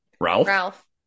Ralph